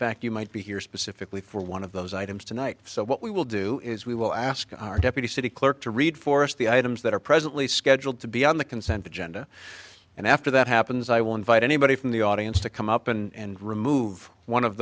fact you might be here specifically for one of those items tonight so what we will do is we will ask our deputy city clerk to read for us the items that are presently scheduled to be on the consent agenda and after that happens i will invite anybody from the audience to come up and remove one of